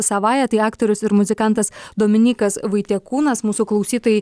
savąja tai aktorius ir muzikantas dominykas vaitiekūnas mūsų klausytojai